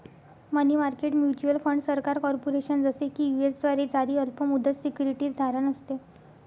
मनी market mutual fund सरकार, corporation, जसे की यू.एस द्वारे जारी अल्प मुदत सिक्युरिटीज धारण असते